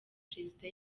perezida